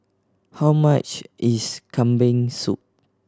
how much is Kambing Soup